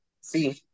see